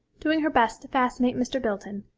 doing her best to fascinate mr. bilton,